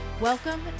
Welcome